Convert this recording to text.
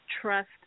Trust